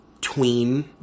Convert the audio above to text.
tween